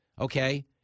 Okay